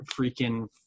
freaking